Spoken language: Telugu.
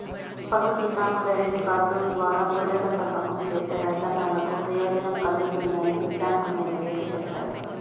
పశు కిసాన్ క్రెడిట్ కార్డు ద్వారా గొర్రెల పెంపకం చేసే రైతన్నలకు ప్రయోజనం కల్గుతుందని బ్యాంకు మేనేజేరు చెప్పారు